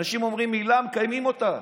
אנשים אומרים מילה ומקיימים אותה.